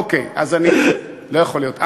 אוקיי, אז אני, לא יכול להיות.